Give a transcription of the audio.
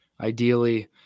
ideally